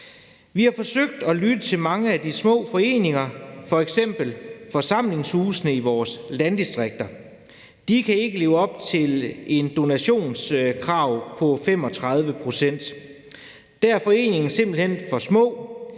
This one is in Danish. Vi har forsøgt at lytte til mange af de små foreninger, f.eks. forsamlingshusene i vores landdistrikter. De kan ikke leve op til et donationskrav på 35 pct. Der er foreningerne simpelt hen for små;